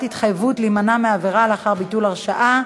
התחייבות להימנע מעבירה לאחר ביטול הרשעה),